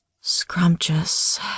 Scrumptious